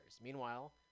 Meanwhile